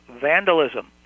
vandalism